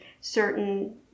certain